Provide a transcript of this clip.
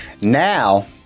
Now